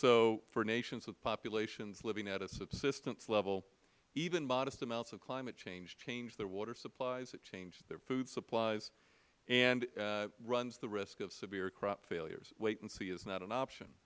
so for nations with populations living at the a subsistence level even modest amounts of climate change change their water supplies change their food supplies and runs the risk of severe crop failures wait and see is not an option